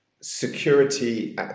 security